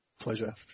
pleasure